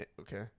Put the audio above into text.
Okay